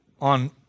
on